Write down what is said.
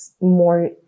more